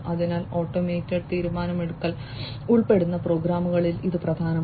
അതിനാൽ ഓട്ടോമേറ്റഡ് തീരുമാനമെടുക്കൽ ഉൾപ്പെടുന്ന പ്രോഗ്രാമുകളിൽ ഇത് പ്രധാനമാണ്